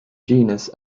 genus